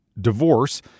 divorce